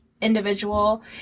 individual